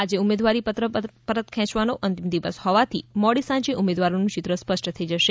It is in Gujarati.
આજે ઉમેદવારીપત્ર પરત ખેચવાનો અંતિમ દિવસ હોવાથી મોડી સાંજે ઉમેદવારોનું ચિત્ર સ્પષ્ટ થઇ જશે